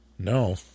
No